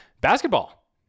Basketball